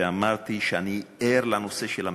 ואמרתי שאני ער לנושא של המצ'ינג,